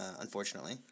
unfortunately